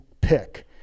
pick